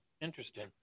Interesting